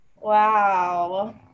Wow